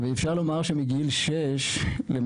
ואפשר לומר שמגיל 6 למעשה,